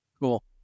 Cool